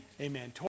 Amen